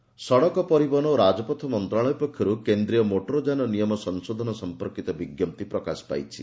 motor ସଡ଼କ ପରିବହନ ଓ ରାଜପଥ ମନ୍ତ୍ରଣାଳୟ ପକ୍ଷରୁ କେନ୍ଦ୍ରୀୟ ମୋଟରଯାନ ନିୟମ ସଂଶୋଧନ ସମ୍ପର୍କୀତ ବିଜ୍ଞପ୍ତି ପ୍ରକାଶ ପାଇଛି